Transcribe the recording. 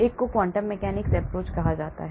एक को quantum mechanics approach कहा जाता है